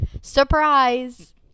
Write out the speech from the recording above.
Surprise